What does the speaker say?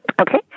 Okay